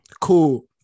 cool